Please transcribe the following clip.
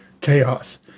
chaos